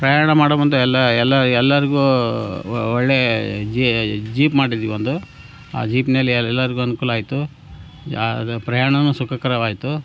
ಪ್ರಯಾಣ ಮಾಡೋ ಮುಂದೆ ಎಲ್ಲ ಎಲ್ಲ ಎಲ್ಲರಿಗು ಒಳ್ಳೆ ಜೀಪ್ ಮಾಡಿದ್ವಿ ಒಂದು ಆ ಜೀಪಿನಲ್ಲಿ ಎಲ್ಲರಿಗು ಅನುಕೂಲ ಆಯಿತು ಅದು ಪ್ರಯಾಣನು ಸುಖಕರವಾಯಿತು